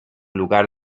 lugar